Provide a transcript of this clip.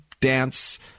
dance